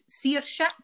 seership